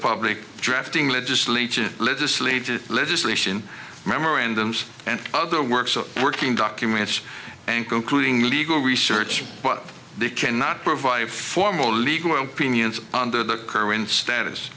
public drafting legislature legislative legislation memorandums and other works of working documents and concluding legal research but they cannot provide formal legal opinions on the current status